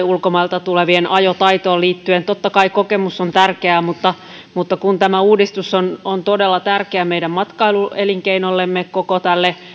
ulkomailta tulevien ajotaitoon liittyen totta kai kokemus on tärkeää mutta mutta kun tämä uudistus on on todella tärkeä meidän matkailuelinkeinollemme koko tälle